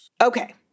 Okay